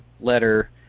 letter